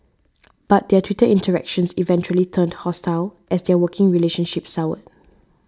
but their Twitter interactions eventually turned hostile as their working relationship soured